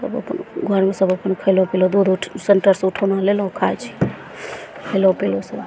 कतऽ चलै छी घरमे सदस्यभी खेलक पीलक दूध रोटी सेन्टरसे उठौना लेलौं खाइ छियै खेलौं पीलौं सएह